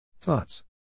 Thoughts